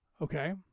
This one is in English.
okay